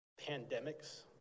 pandemics